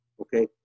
Okay